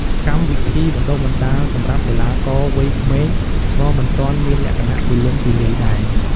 កម្មវិធីបណ្តុះបណ្តាលសម្រាប់កីឡាករវ័យក្មេងក៏មិនទាន់មានលក្ខណៈទូលំទូលាយដែរ។